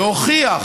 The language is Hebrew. והוכיח